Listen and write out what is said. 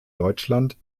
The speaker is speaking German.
deutschland